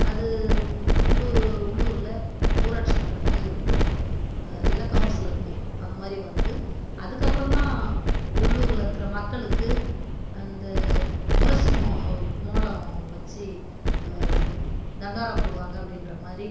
அது உள்ளு உள்ளுரில் ஊராட்சி மன்ற தலைவர்க்கு வரும் அந்த இல்லை கவுன்சிலர்க்கு அந்த மாரி வந்து அதற்கப்பறம் தான் உள்ளுரில் இருக்கிற மக்களுக்கு அந்த முரசு மோ மோளம் வச்சு தண்டோரா போடுவாங்க அப்டின்ற மாரி